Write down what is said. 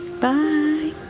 Bye